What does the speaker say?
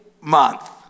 month